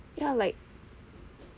ya like